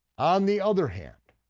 on the other hand,